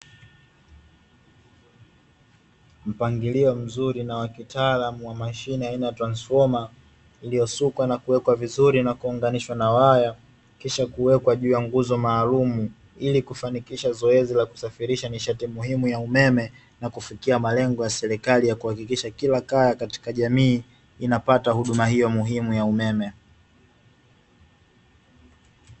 Mpangilio mzuri na wa kitaalamu wa mashine aina ya transfoma iliosukwa na kuwekwa vizuri na kuunganishwa na waya, kisha kuwekwa juu ya nguzo maalum ilikufanikisha zoezi la kusafirisha nishati muhimu ya umeme na kufikia malengo ya serikali ya kuhakikisha kila kaya ya jamii inapata huduma hiyo muhimu ya umeme.